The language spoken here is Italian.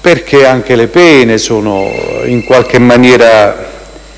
perché le pene sono in qualche maniera